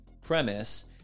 premise